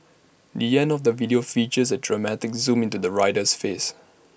the end of the video features A dramatic zoom into the rider's face